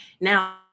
Now